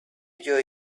joy